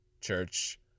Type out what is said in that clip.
church